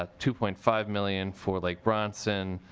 ah two point five million for lake bronson.